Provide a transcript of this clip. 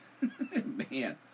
Man